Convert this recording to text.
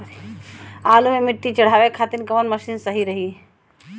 आलू मे मिट्टी चढ़ावे खातिन कवन मशीन सही रही?